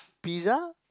pizza